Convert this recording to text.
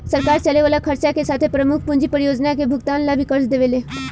सरकार चले वाला खर्चा के साथे प्रमुख पूंजी परियोजना के भुगतान ला भी कर्ज देवेले